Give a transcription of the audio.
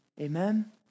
Amen